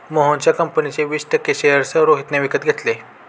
मोहनच्या कंपनीचे वीस टक्के शेअर्स रोहितने विकत घेतले